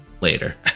later